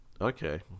Okay